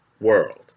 world